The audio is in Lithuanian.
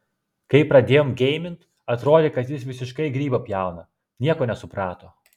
kai pradėjom geimint atrodė kad jis visiškai grybą pjauna nieko nesuprato